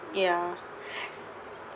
ya